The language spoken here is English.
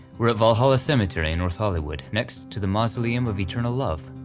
we're at valhalla cemetery in north hollywood, next to the mausoleum of eternal love.